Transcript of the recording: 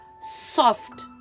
soft